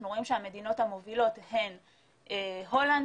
אנחנו רואים שהמדינות המובילות הן הולנד,